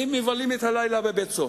והם מבלים את הלילה בבית-הסוהר.